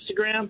Instagram